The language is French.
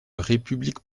république